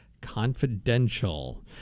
Confidential